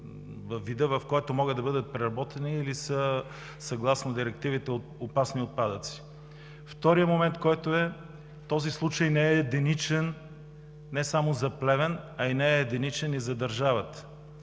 във вида, в който могат да бъдат преработени, или са съгласно директивите – опасни отпадъци. Вторият момент е, че този случай не е единичен, не е само за Плевен, не е единичен и за държавата.